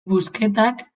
busquetak